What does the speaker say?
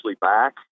back